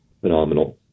phenomenal